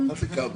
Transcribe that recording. תרצו.